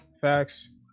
facts